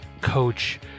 coach